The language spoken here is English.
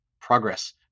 progress